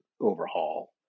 overhaul